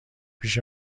پیش